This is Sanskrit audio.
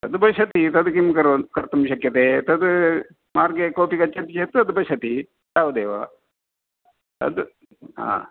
तद् पश्यति तद् किम् कर् कर्तुं शक्यते तत् मार्गे कोपि गच्छति चेत् तद् पश्यति तावदेव तद् हा